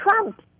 Trump